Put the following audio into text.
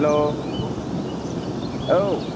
हेल' आव